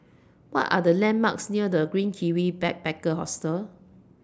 What Are The landmarks near The Green Kiwi Backpacker Hostel